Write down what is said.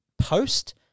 Post